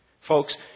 Folks